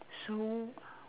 so